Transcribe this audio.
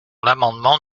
l’amendement